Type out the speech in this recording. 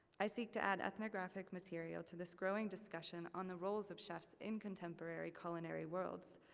i seek to add ethnographic material to this growing discussion on the roles of chefs in contemporary culinary worlds.